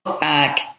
back